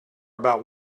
about